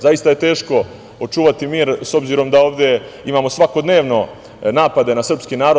Zaista je teško očuvati mir, s obzirom da ovde imamo svakodnevno napade na srpski narod.